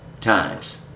times